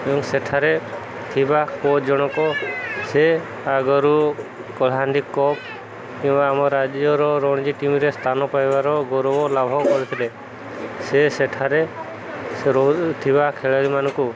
ଏବଂ ସେଠାରେ ଥିବା ପୁଅ ଜଣକ ସେ ଆଗରୁ କଳାହାଣ୍ଡି କପ୍ କିମ୍ବା ଆମ ରାଜ୍ୟ ରଣ୍ଜୀ ଟିମ୍ରେ ସ୍ଥାନ ପାଇବାର ଗୌରବ ଲାଭ କରିଥିଲେ ସେ ସେଠାରେ ରହୁଥିବା ଖେଳାଳିମାନଙ୍କୁ